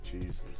Jesus